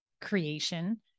creation